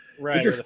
Right